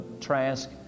Trask